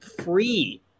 free